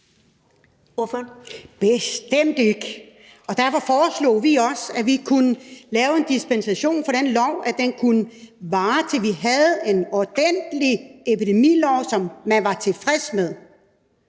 bestemt ikke, og derfor foreslog vi også, at vi kunne lave en dispensation for den lov, altså at den kunne vare, til vi havde en ordentlig epidemilov, som man var tilfreds med.